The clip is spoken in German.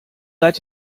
seid